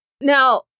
Now